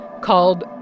called